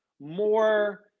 more